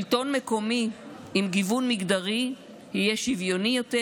שלטון מקומי עם גיוון מגדרי יהיה שוויוני יותר,